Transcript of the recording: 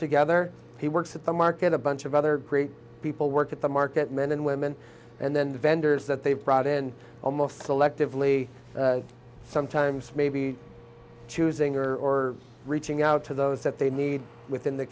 together he works at the market a bunch of other people work at the market men and women and then the vendors that they've brought in almost selectively sometimes maybe choosing or reaching out to those that they need within the